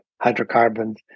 hydrocarbons